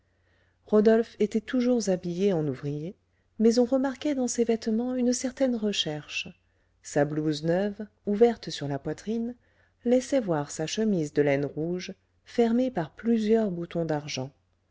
rodolphe était toujours habillé en ouvrier mais on remarquait dans ses vêtements une certaine recherche sa blouse neuve ouverte sur la poitrine laissait voir sa chemise de laine rouge fermée par plusieurs boutons d'argent